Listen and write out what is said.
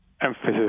emphasis